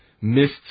missed